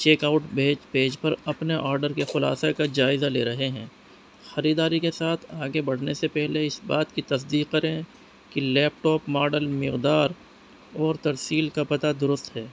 check out page page پر اپنے order کے خلاصے کا جائزہ لے رہے ہیں خریداری کے ساتھ آگے بڑھنے سے پہلے اس بات کی تصدیق کریں کہ لیپ ٹاپ ماڈل مقدار اور ترسیل کا پتہ درست ہے